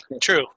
True